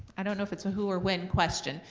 i don't know if it's a who or when question,